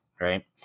right